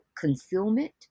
Concealment